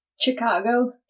Chicago